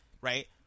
right